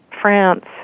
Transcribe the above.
France